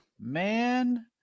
man